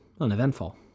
uneventful